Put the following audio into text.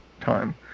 time